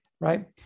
right